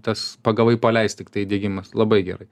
tas pagavai paleisk tiktai įdegimas labai gerai